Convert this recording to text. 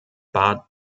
bad